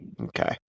Okay